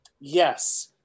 Yes